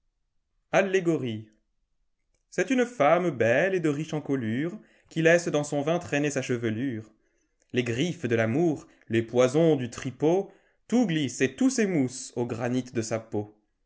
allégorie c'est une lemme belle et de riche encoîure qui laisse dans son vin traîner sa chevelure les griffes de l'amour les poisons du tripot tout glisse et tout s'émousse au granit de sa peau